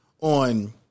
On